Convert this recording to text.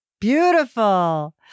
beautiful